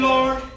Lord